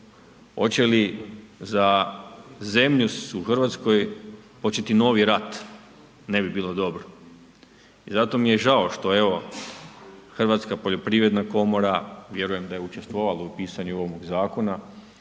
hoće li za zemlju u Hrvatskoj početi novi rat? Ne bi bilo dobro i zato mi je žao što evo, Hrvatska poljoprivredna komora vjerujem da je učestvovala u pisanju ovog zakona